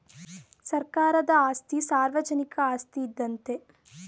ಸರ್ಕಾರದ ಆಸ್ತಿ ಸಾರ್ವಜನಿಕ ಆಸ್ತಿ ಇದ್ದಂತೆ